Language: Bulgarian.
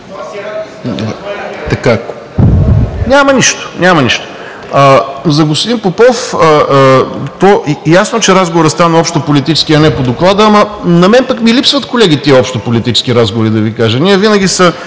нищо, няма нищо. За господин Попов. Ясно е, че разговорът стана общополитически, а не по Доклада. На мен пък ми липсват, колеги, тези общополитически разговори, да Ви кажа. Ние винаги се